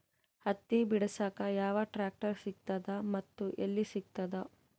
ಹತ್ತಿ ಬಿಡಸಕ್ ಯಾವ ಟ್ರಾಕ್ಟರ್ ಸಿಗತದ ಮತ್ತು ಎಲ್ಲಿ ಸಿಗತದ?